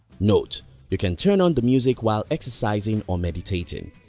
note you can turn on the music while exercising or meditating,